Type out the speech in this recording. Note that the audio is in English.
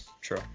True